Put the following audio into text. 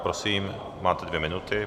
Prosím, máte dvě minuty.